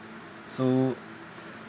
so